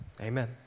amen